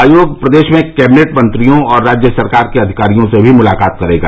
आयोग प्रदेश के कैबिनेट मंत्रियों और राज्य सरकार के अधिकारियों से भी मुलाकात करेगा